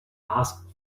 ask